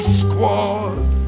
squad